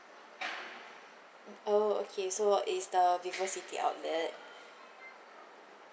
oh okay so it is the vivocity outlet